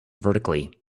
vertically